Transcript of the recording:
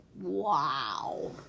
Wow